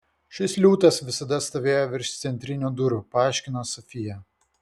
šis liūtas visada stovėjo virš centrinių durų paaiškino sofija